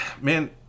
man